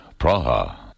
Praha